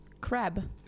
crab